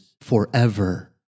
forever